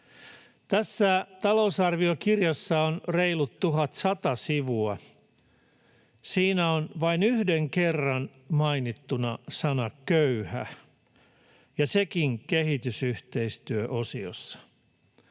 Tässä talousarviokirjassa on reilut 1 100 sivua. Siinä on vain yhden kerran mainittuna sana ”köyhä” ja sekin kehitysyhteistyöosiossa.